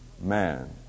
man